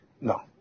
No